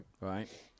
right